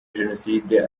jenoside